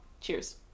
Cheers